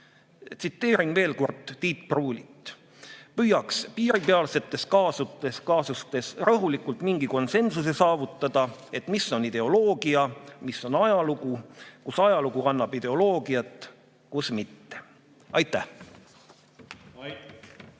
Tsiteerin veel kord Tiit Pruulit: "Püüaks piiripealsetes kaasustes rahulikult midagi konsensuse moodi saavutada, et mis on ideoloogia, mis on ajalugu, kus ajalugu kannab ideoloogiat, kus mitte." Aitäh!